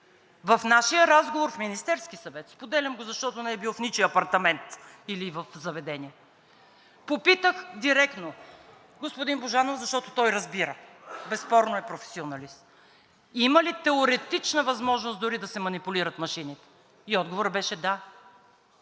В нашия разговор в Министерския съвет – споделям го, защото не е бил в ничии апартамент, или в заведение, попитах директно: „Господин Божанов, защото той разбира, безспорно е професионалист, има ли теоретична възможност дори да се манипулират машините?“ И отговорът беше „Да“.